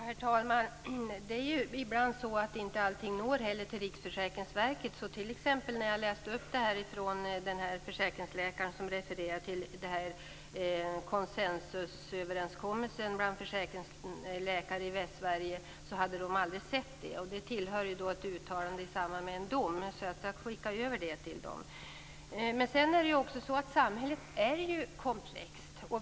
Herr talman! Ibland är det ju också så att allt inte når fram till Riksförsäkringsverket. Jag läste upp att den här försäkringsläkaren refererade till konsensusöverenskommelsen bland försäkringsläkare i Västsverige. Den hade Riksförsäkringsverket aldrig sett. Den tillhör ju ett uttalande i samband med en dom, och jag skall skicka över den till dem. Samhället är ju komplext.